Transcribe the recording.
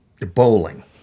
bowling